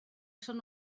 són